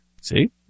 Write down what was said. See